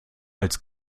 als